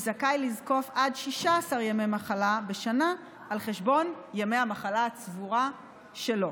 הוא זכאי לזקוף עד 16 ימי מחלה בשנה על חשבון ימי המחלה הצבורים שלו.